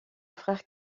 frère